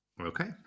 Okay